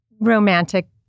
romantic